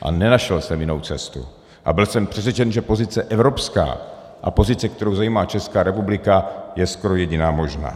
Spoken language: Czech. A nenašel jsem jinou cestu a byl jsem přesvědčen, že pozice evropská a pozice, kterou zaujímá Česká republika, je skoro jediná možná.